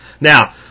Now